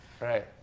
Right